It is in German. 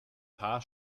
paar